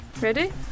Ready